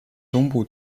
东部